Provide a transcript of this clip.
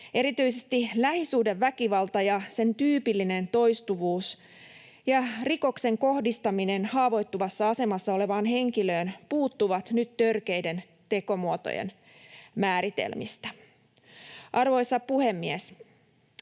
Erityisesti lähisuhdeväkivalta ja sen tyypillinen toistuvuus ja rikoksen kohdistaminen haavoittuvassa asemassa olevaan henkilöön puuttuvat nyt törkeiden tekomuotojen määritelmistä. Arvoisa puhemies!